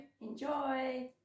enjoy